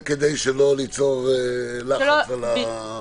כדי שלא ליצור לחץ במעברים.